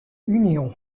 union